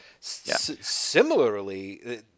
Similarly